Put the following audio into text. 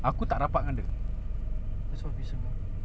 eh but just tak faham ah